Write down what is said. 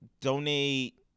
donate